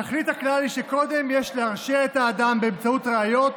תכלית הכלל היא שקודם יש להרשיע את האדם באמצעות ראיות,